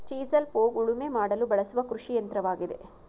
chisel plough ಉಳುಮೆ ಮಾಡಲು ಬಳಸುವ ಕೃಷಿಯಂತ್ರವಾಗಿದೆ